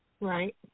right